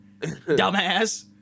Dumbass